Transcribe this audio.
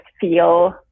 feel